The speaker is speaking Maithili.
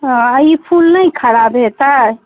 हँ ई फूल नहि खराब हेतै